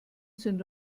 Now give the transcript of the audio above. sind